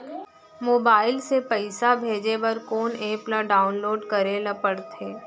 Mobile से पइसा भेजे बर कोन एप ल डाऊनलोड करे ला पड़थे?